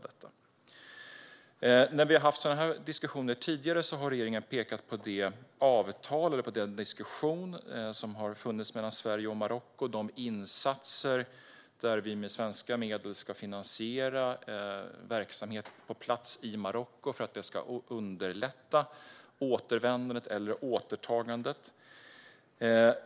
Vid tidigare diskussioner har regeringen pekat på det avtal som har slutits och den diskussion som har förts mellan Sverige och Marocko samt vidare de insatser med hjälp av svenska medel som ska finansiera verksamhet på plats i Marocko för att underlätta återvändandet eller återtagandet.